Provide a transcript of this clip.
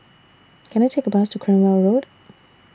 Can I Take A Bus to Cranwell Road